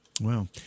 Wow